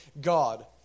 God